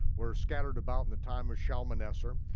were scattered about in the time of shalmaneser.